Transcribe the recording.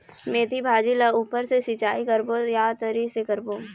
मेंथी भाजी ला ऊपर से सिचाई करबो या तरी से करबो?